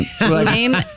name